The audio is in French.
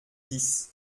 dix